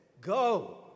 go